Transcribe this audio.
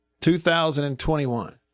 2021